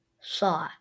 saw